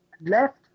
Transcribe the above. left